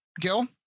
Gil